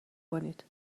کنید